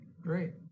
Great